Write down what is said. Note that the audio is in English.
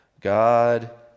God